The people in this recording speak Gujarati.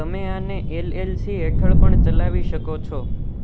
તમે આને એલએલસી હેઠળ પણ ચલાવી શકો છો